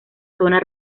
zona